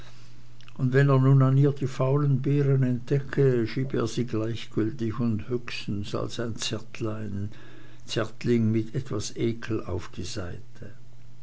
und wenn er nun an ihr die gefaulten beeren entdecke schiebe er sie gleichgültig und höchstens als ein zärtling mit etwas ekel auf die seite